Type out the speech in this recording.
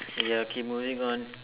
ya okay moving on